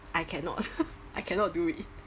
I cannot I cannot do it